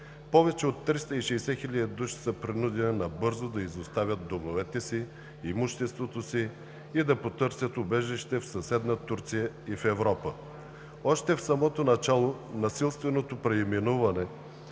Повече от 360 хиляди души са принудени набързо да изоставят домовете си, имуществото си и да потърсят убежище в съседна Турция и в Европа. Още в самото начало насилственото преименуване,